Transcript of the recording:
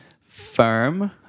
firm